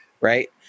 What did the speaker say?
right